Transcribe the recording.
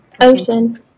ocean